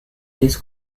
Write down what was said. this